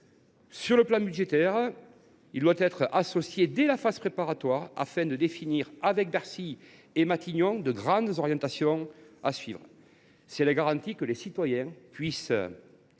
En matière budgétaire, il doit être associé dès la phase préparatoire, afin de définir avec Bercy et Matignon les grandes orientations. C’est la garantie que les citoyens puissent constater,